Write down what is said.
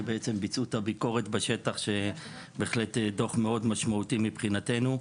שבעצם ביצעו את הביקורת בשטח שבהחלט דוח מאוד משמעותי מבחינתנו.